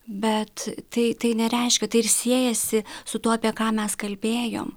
bet tai tai nereiškia tai ir siejasi su tuo apie ką mes kalbėjom